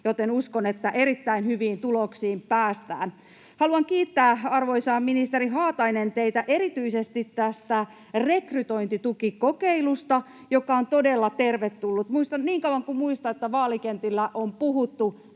joten uskon, että erittäin hyviin tuloksiin päästään. Haluan kiittää, teitä, arvoisa ministeri Haatainen, erityisesti tästä rekrytointitukikokeilusta, joka on todella tervetullut. Niin kauan kuin muistan vaalikentillä on puhuttu